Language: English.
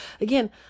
again